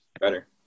Better